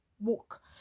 walk